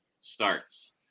starts